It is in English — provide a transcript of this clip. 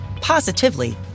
positively